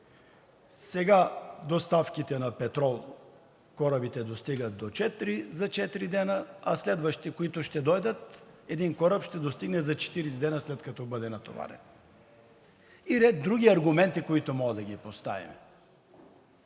Сега доставките на петрол, корабите достигат за четири дена, а следващите, които ще дойдат, един кораб ще достигне за 40 дена, след като бъде натоварен, и ред други аргументи, които мога да ги поставя.